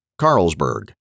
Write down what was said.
Carlsberg